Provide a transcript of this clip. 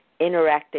interacted